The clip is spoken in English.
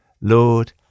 Lord